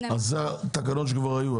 זה תקנות שכבר היו,